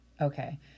okay